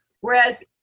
whereas